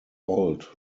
old